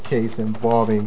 case involving